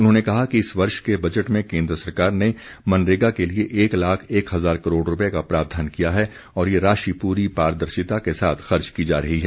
उन्होंने कहा कि इस वर्ष के बजट में केन्द्र सरकार ने मनरेगा के लिए एक लाख एक हज़ार करोड़ रूपये का प्रावधान किया है और ये राशि पूरी पारदर्शिता के साथ खर्च की जा रही है